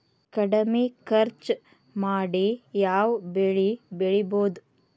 ಕಡಮಿ ಖರ್ಚ ಮಾಡಿ ಯಾವ್ ಬೆಳಿ ಬೆಳಿಬೋದ್?